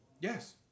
Yes